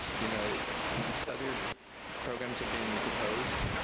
you know other programs have been proposed,